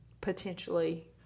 potentially